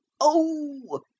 Oh